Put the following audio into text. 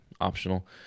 optional